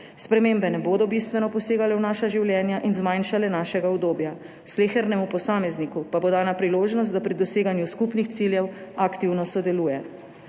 Spremembe ne bodo bistveno posegale v naša življenja in zmanjšale našega udobja. Slehernemu posamezniku pa bo dana priložnost, da pri doseganju skupnih ciljev aktivno sodeluje.